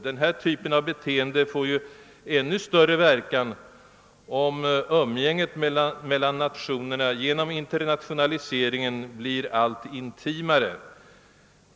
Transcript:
Den här typen av beteende får ju nämligen ännu större verkan, om umgänget mellan nationerna genom internationaliseringen blir allt intimare.